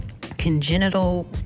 congenital